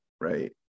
right